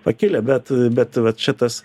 pakilę bet bet vat čia tas